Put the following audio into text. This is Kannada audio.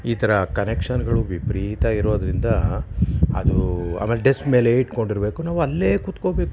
ಈ ಥರ ಕನೆಕ್ಷನ್ಗಳು ವಿಪರೀತ ಇರೋದರಿಂದ ಅದು ಆಮೇಲೆ ಡೆಸ್ಕ್ ಮೇಲೆಯೇ ಇಟ್ಕೊಂಡಿರಬೇಕು ನಾವು ಅಲ್ಲೇ ಕೂತ್ಕೊಬೇಕು